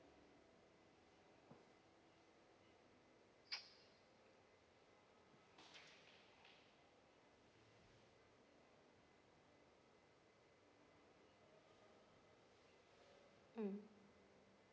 mm